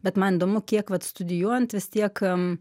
bet man įdomu kiek vat studijuojant vis tiek